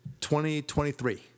2023